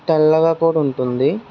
తెల్లగా కూడా ఉంటుంది